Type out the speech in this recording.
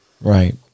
Right